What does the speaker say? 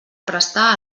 prestar